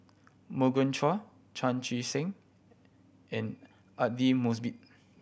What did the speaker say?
Morgan Chua Chan Chee Seng and Aidli Mosbit